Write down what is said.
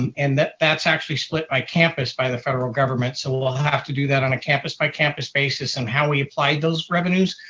and and that's actually split by campus by the federal government. so we'll we'll have to do that on a campus by campus basis and how we apply those revenues.